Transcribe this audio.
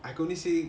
I could only say